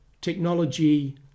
technology